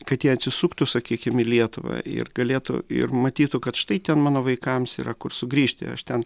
kad jie atsisuktų sakykim į lietuvą ir galėtų ir matytų kad štai ten mano vaikams yra kur sugrįžti aš ten